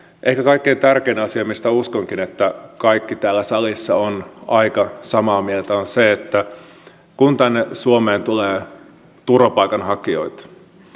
ehkä kaikkein tärkein asia mistä uskonkin että kaikki täällä salissa ovat aika samaa mieltä on se että kun tänne suomeen tulee turvapaikanhakijoita